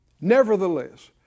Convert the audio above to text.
Nevertheless